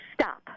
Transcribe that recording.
stop